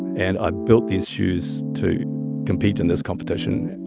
and i built these shoes to compete in this competition.